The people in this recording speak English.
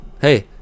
hey